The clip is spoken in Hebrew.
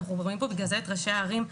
אנחנו רואים פה בגלל זה את ראשי הערים.